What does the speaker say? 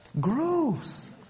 Gross